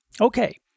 Okay